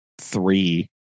three